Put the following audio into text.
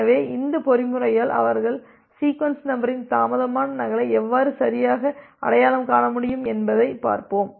எனவே இந்த பொறிமுறையால் அவர்கள் சீக்வென்ஸ் நம்பரின் தாமதமான நகலை எவ்வாறு சரியாக அடையாளம் காண முடியும் என்பதைப் பார்ப்போம்